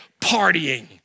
partying